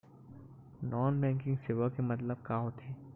Non banking सेवा के मतलब का होथे?